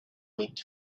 went